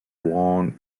long